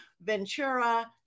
ventura